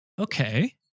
Okay